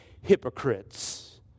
hypocrites